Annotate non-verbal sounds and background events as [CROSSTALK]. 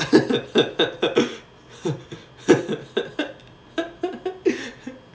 [LAUGHS]